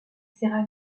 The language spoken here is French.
serra